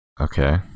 Okay